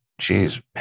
Jeez